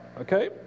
Okay